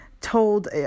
told